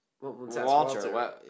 Walter